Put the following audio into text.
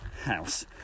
house